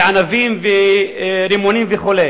ענבים, ורימונים וכו'.